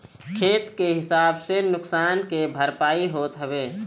खेत के हिसाब से नुकसान के भरपाई होत हवे